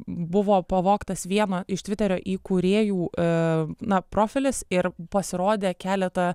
buvo pavogtas vieno iš tviterio įkūrėjų na profilis ir pasirodė keleta